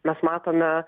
mes matome